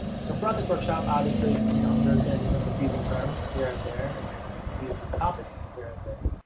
so throughout this workshop, obviously, you know, there's gonna be some confusing terms here and there, and there's confusing topics here and there.